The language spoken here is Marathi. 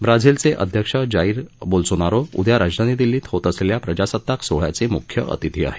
ब्राझीलचे अध्यक्ष जाईर बोल्सोनारो उद्या राजधानी दिल्लीत होत असलेल्या प्रजासत्ताक सोहळ्याचे मुख्य अतिथी आहेत